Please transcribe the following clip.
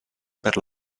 per